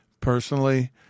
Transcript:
Personally